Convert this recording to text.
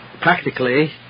practically